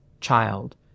child